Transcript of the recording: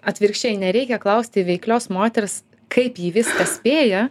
atvirkščiai nereikia klausti veiklios moters kaip ji viską spėja